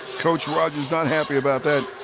coach rogers not happy about that.